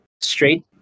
straight